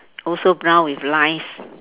also brown with lines